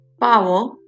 power